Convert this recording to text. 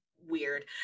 weird